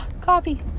Coffee